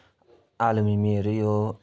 आलुमिमीहरू नै हो